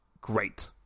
great